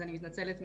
אז אני מתנצלת מראש.